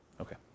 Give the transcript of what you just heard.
Okay